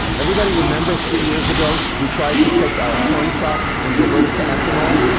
everybody remember three years ago, we tried to take our corn crop and divert it to ethanol?